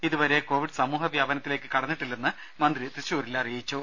ഇതുവരെ കോവിഡ് സമൂഹ വ്യാപനത്തിലേക്ക് കടന്നിട്ടില്ലെന്ന് മന്ത്രി ത്യശൂരിൽ അറിയിച്ചു